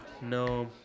no